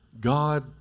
God